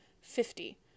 Fifty